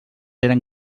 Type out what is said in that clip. eren